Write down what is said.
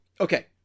Okay